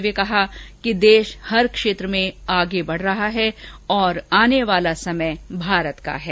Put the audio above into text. उन्होंने कहा कहा कि देश हर क्षेत्र में आगे बढ रहा है और आने वाला समय भारत का है